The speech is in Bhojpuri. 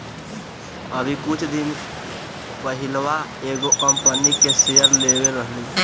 अभी कुछ दिन पहिलवा एगो कंपनी के शेयर लेले रहनी